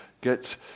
get